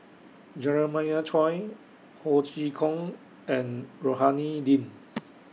Jeremiah Choy Ho Chee Kong and Rohani Din